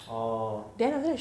oh